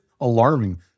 alarming